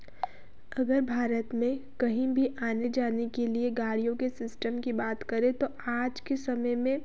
अगर भारत में कहीं भी आने जाने के लिए गाड़ियों के सिस्टम की बात करें तो आज के समय में